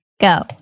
go